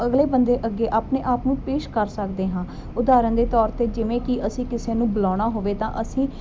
ਅਗਲੇ ਬੰਦੇ ਅੱਗੇ ਆਪਣੇ ਆਪ ਨੂੰ ਪੇਸ਼ ਕਰ ਸਕਦੇ ਹਾਂ ਉਦਾਹਰਨ ਦੇ ਤੌਰ 'ਤੇ ਜਿਵੇਂ ਕਿ ਅਸੀਂ ਕਿਸੇ ਨੂੰ ਬੁਲਾਉਣਾ ਹੋਵੇ ਤਾਂ ਅਸੀਂ